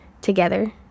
together